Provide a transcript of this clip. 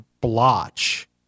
blotch